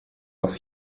auf